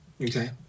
Okay